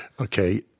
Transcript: Okay